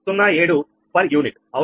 0507 per unit అవునా